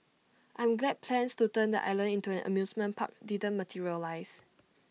I'm glad plans to turn the island into an amusement park didn't materialise